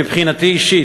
מבחינתי אישית,